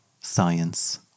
science